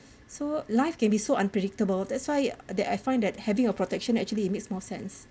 so life can be so unpredictable that's why that I find that having a protection actually it makes more sense